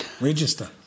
register